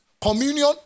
Communion